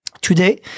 today